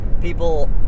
people